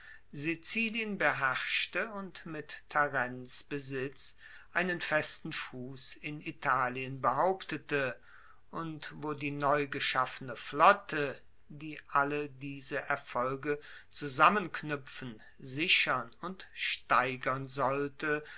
sizilien beherrschte und mit tarents besitz einen festen fuss in italien behauptete und wo die neugeschaffene flotte die alle diese erfolge zusammenknuepfen sichern und steigern sollte